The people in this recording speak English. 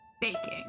baking